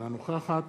אינה נוכחת